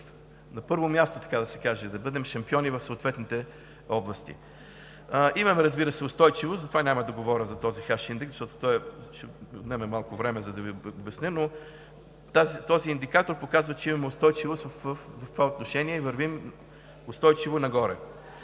на първо място, така да се каже, да бъдем шампиони в съответните области. Имаме, разбира се, устойчивост и затова няма да говоря за този h-индекс, защото ще отнеме малко време, за да Ви обясня, но този индикатор показва, че имаме устойчивост в това отношение – вървим устойчиво нагоре.